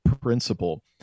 principle